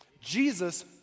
Jesus